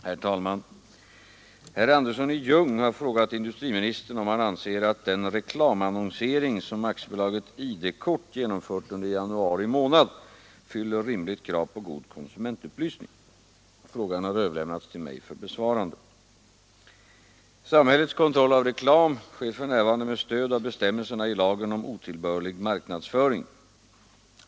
Herr talman! Herr Andersson i Ljung har frågat industriministern om han anser att den reklamannonsering som AB ID-kort genomfört under januari månad fyller rimligt krav på god konsumentupplysning. Frågan har överlämnats till mig för besvarande. Samhällets kontroll av reklam sker för närvarande med stöd av bestämmelserna i lagen om otillbörlig marknadsföring.